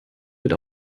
wird